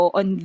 on